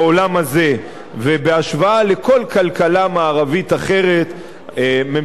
ובהשוואה לכל כלכלה מערבית אחרת ממשלת ישראל הנוכחית,